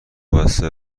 بسته